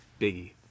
Biggie